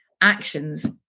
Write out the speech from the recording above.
actions